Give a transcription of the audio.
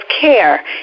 care